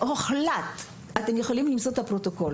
הוחלט אתם יכולים למצוא את הפרוטוקול